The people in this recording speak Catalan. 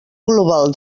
global